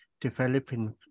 developing